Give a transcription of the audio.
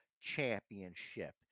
championship